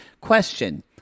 Question